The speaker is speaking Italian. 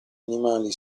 animali